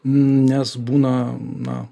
nes būna na